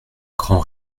grand